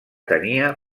tenia